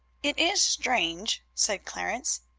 it is strange, said clarence.